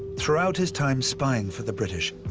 throughout his time spying for the british,